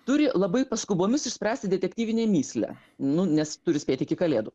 turi labai paskubomis išspręsti detektyvinę mįslę nu nes turi spėt iki kalėdų